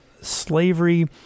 slavery